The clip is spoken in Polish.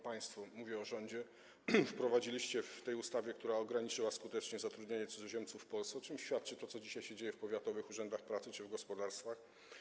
Państwo - mówię o rządzie - wprowadziliście ją w tej ustawie tak, że ograniczyła ona skutecznie zatrudnianie cudzoziemców w Polsce, o czym świadczy to, co dzisiaj się dzieje w powiatowych urzędach pracy czy gospodarstwach.